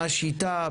מה השיטה?